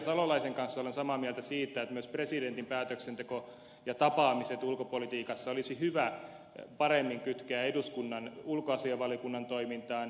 salolaisen kanssa olen samaa mieltä siitä että myös presidentin päätöksenteko ja tapaamiset ulkopolitiikassa olisi hyvä paremmin kytkeä eduskunnan ulkoasiainvaliokunnan toimintaan